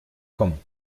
kommen